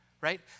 right